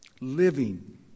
living